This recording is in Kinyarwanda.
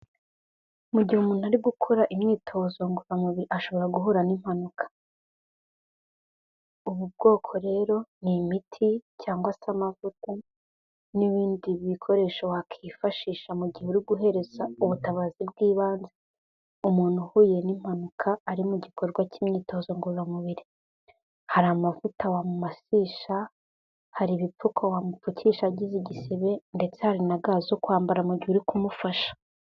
Mu gihe muntu ari gukora imyitozo ngororamubiri ashobora guhura n'impanuka. Ubu bwoko rero ni imiti cyangwa se amavuta, n'ibindi bikoresho wakwifashisha mu gihe uri guhereza ubutabazi bw'ibanze. Umuntu uhuye n'impanuka ari mu gikorwa cy'imyitozo ngororamubiri hari amavuta wamumasisha, hari ibipfuko wamupfukisha agize igisebe, ndetse hari na ga zo kwambara mu gihe uri kumufasha.